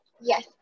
Yes